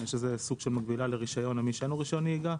שזה סוג של מקבילה לרישיון למי שאין לו רישיון נהיגה,